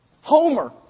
homer